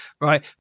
right